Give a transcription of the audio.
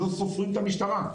לא סופרים את המשטרה.